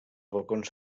balcons